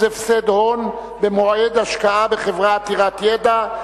הפסד הון במועד ההשקעה בחברה עתירת ידע),